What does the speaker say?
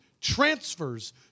transfers